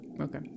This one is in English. Okay